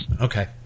Okay